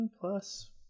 plus